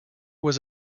was